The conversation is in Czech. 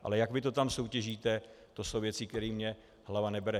Ale jak vy to tam soutěžíte, to jsou věci, které mi hlava nebere.